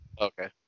okay